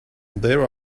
there